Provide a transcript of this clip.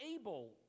able